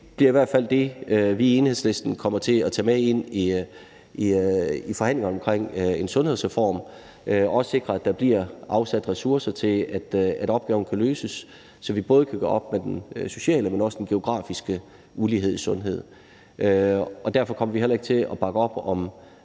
bliver i hvert fald det, vi i Enhedslisten kommer til at tage med ind i forhandlingerne om en sundhedsreform for at sikre, at der bliver afsat ressourcer til, at opgaven kan løses, så vi både kan gøre op med den sociale, men også den geografiske ulighed i sundhed. Og derfor kommer vi heller ikke til at bakke op om